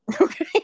Okay